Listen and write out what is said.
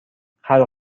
خلق